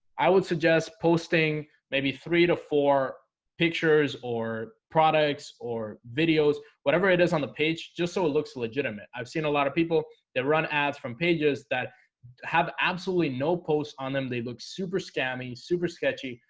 i would suggest posting maybe three to four pictures or products or videos whatever it is on the page, just so it looks legitimate i've seen a lot of people there as from pages that have absolutely no post on them they look super scamming super sketchy.